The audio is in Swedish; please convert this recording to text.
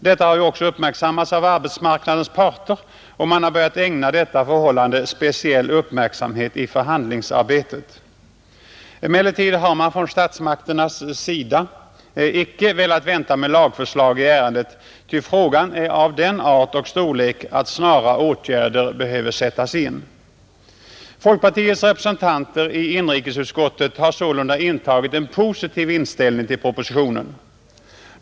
Detta har också uppmärksammats av arbetsmarknadens parter och man har börjat ägna detta förhållande speciell uppmärksamhet i förhandlingsarbetet. Emellertid har man från statsmakternas sida icke velat vänta med lagförslag i ärendet, ty frågan är av den art och storlek att snara åtgärder behöver sättas in. Folkpartiets representanter i inrikesutskottet har sålunda intagit en positiv inställning till propositionen.